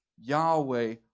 Yahweh